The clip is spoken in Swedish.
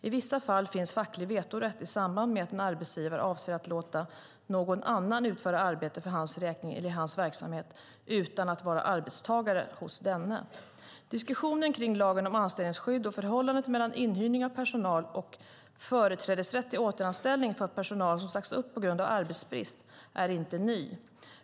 I vissa fall finns facklig vetorätt i samband med att en arbetsgivare avser att låta någon utföra arbete för hans räkning eller i hans verksamhet utan att vara arbetstagare hos denne. Diskussionen kring lagen om anställningsskydd och förhållandet mellan inhyrning av personal och företrädesrätt till återanställning för personal som sagts upp på grund av arbetsbrist är inte ny.